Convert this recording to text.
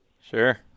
Sure